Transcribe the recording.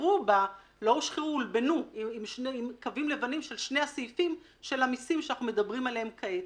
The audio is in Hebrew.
בה עם קווים לבנים שני הסעיפים של המסים שאנחנו מדברים עליהם כעת.